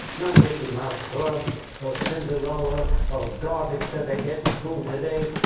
no mickey mouse clubs or cinderella or garbage that they get in school today.